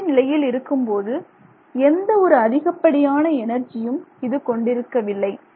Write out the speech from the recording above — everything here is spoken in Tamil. சராசரி நிலையில் இருக்கும்போது எந்த ஒரு அதிகப்படியான எனர்ஜியும் இது கொண்டிருக்கவில்லை